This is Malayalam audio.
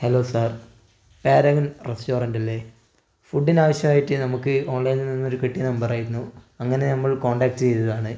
ഹലോ സാർ പാരഗൺ റെസ്റ്റോറൻറ് അല്ലേ ഫുഡിന് ആവിശ്യമായിട്ട് നമുക്ക് ഓൺലൈനിൽ നിന്ന് കിട്ടിയ നമ്പറായിരുന്നു അങ്ങനെ നമ്മൾ കോണ്ടാക്ട് ചെയ്തതതാണ്